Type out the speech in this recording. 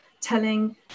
telling